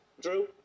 Drew